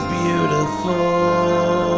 beautiful